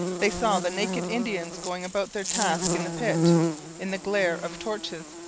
they saw the naked indians going about their task in the pit in the glare of torches,